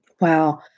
Wow